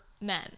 men